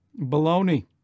Baloney